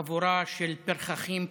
חבורה של פרחחים פושעים,